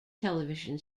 television